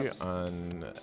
on